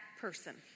person